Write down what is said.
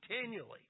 continually